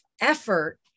effort